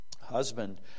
husband